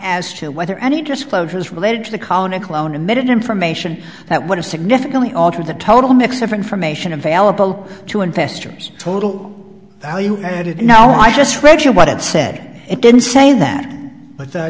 as to whether any disclosures related to the colonic loan emitted information that would have significantly alter the total mix of information available to investors total value added now i just read you what it said it didn't say that but